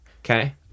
Okay